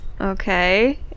Okay